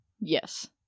Yes